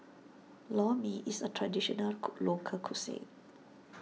Lor Mee is a traditional co local cuisine